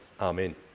Amen